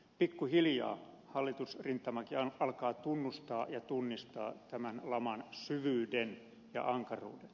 pikkuhiljaa hallitusrintamakin alkaa tunnustaa ja tunnistaa tämän laman syvyyden ja ankaruuden